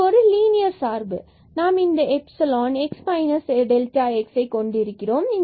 இது ஒரு லீனியர் சார்பு நாம் இந்த மற்றும் x x0 ஐ கொண்டிருக்கிறோம்